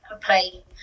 play